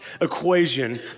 equation